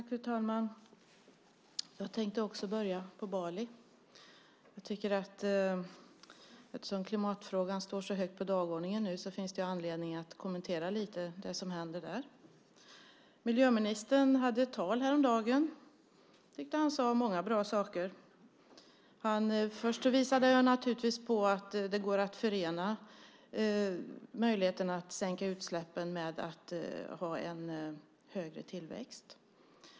Fru talman! Jag tänkte också börja på Bali. Eftersom klimatfrågan står så högt på dagordningen nu finns det anledning att kommentera det som händer där. Miljöministern höll ett tal häromdagen. Jag tyckte att han sade många bra saker. Först visade han att det går att förena en sänkning av utsläppen med en högre tillväxt.